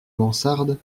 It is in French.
mansarde